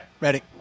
Ready